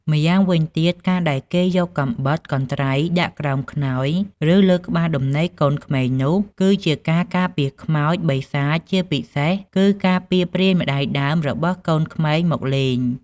ម្យ៉ាងវិញទៀតការដែលគេយកកាំបិត កន្ត្រៃដាក់ក្រោមខ្នើយ ឬលើក្បាលដំណេកកូនក្មេងនោះ គឺជាការការពារខ្មោច បិសាចជាពិសេសគឺការពារព្រាយម្តាយដើម របស់កូនក្មេងមកលេង។